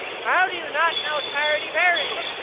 how do you not know charity bearity!